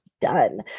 done